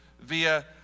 via